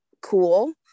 cool